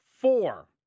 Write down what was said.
four